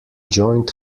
joined